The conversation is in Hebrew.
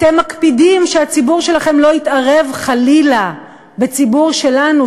אתם מקפידים שהציבור שלכם לא יתערב חלילה בציבור שלנו,